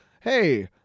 Hey